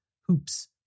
hoops